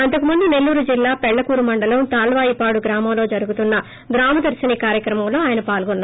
అంతకముందు సెల్లూరు జిల్లా పెళ్లకూరు మండలం తాళ్యాయి పాడు గ్రామంలో జరుగుతున్న గ్రామ దర్నిని కార్యక్రమంలో ఆయన పాల్గొన్నారు